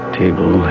table